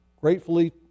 gratefully